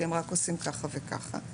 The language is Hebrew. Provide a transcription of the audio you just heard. כי הם עושים ככה וככה,